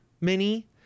mini